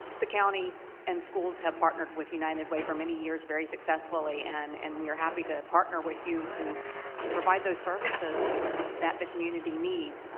the county and schools have partnered with united way for many years very successfully, and and we are happy to partner with you to provide those services that the community needs.